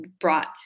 brought